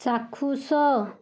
ଚାକ୍ଷୁଷ